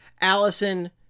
Allison